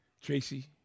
Tracy